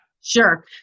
Sure